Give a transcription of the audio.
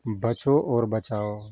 बचो और बचाओ